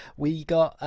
we got,